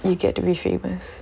you get to be famous